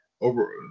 over